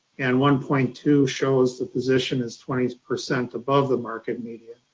and one point two shows the position as twenty percent above the market median.